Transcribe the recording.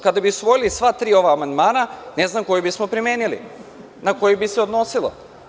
Kada bi usvojili sva tri amandmana, ne znam koji bi smo primenili, na koji bi se odnosilo.